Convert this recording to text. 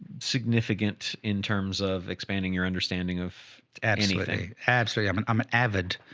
significant in terms of expanding your understanding of absolutely. absolutely. i'm an, i'm an avid,